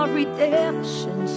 redemption